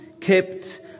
Kept